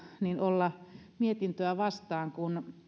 olla mietintöä vastaan kun